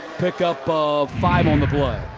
pick up of five on the play.